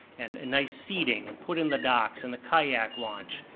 and and nice seating, and put in the docks and the kayak launch.